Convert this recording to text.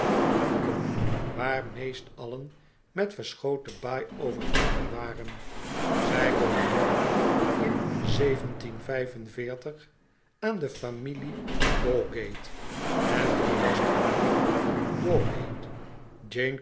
die boeken welke meest allen met verschoten baai overtrokken waren zij behoorden in aan de familie üowgate en wie was die familie